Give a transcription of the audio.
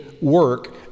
work